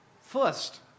First